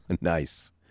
nice